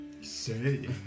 say